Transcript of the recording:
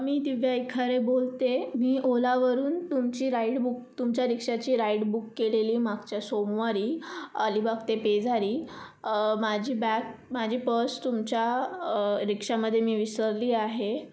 मी दिव्या ईखारे बोलते मी ओलावरून तुमची राईड बुक तुमच्या रिक्षाची राईड बुक केलेली मागच्या सोमवारी अलिबाग ते पेजारी माझी बॅग माझी पस तुमच्या रिक्षामध्ये मी विसरली आहे